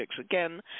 again